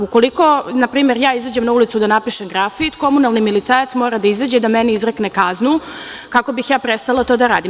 Ukoliko, npr. ja izađem na ulicu da napišem grafit, komunalni milicajac mora da izađe i da meni izrekne kaznu, kako bih ja prestala to da radim.